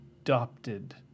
adopted